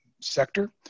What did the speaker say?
sector